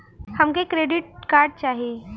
हमके credit card चाही